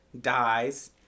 dies